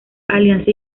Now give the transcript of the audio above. alianza